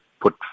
put